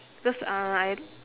because uh I